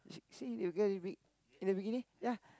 see see the girl in bi~ in the bikini ya